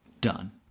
done